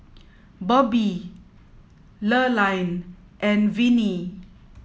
Bobbi Lurline and Vinnie